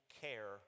care